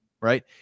right